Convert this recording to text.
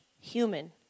human